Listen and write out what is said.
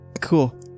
Cool